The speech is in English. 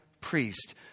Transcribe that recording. priest